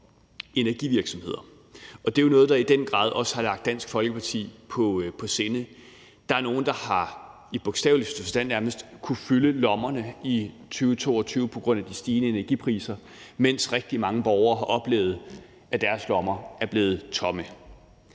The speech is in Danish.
energivirksomheder, og det er jo noget, der i den grad har ligget Dansk Folkeparti på sinde. Der er nogle, der nærmest i bogstaveligste forstand har kunnet fylde lommerne i 2022 på grund af de stigende energipriser, mens rigtig mange borgere har oplevet, at deres lommer er blevet tomme.